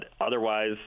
otherwise